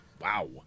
wow